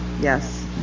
Yes